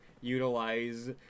utilize